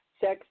Sex